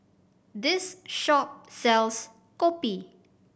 this shop sells kopi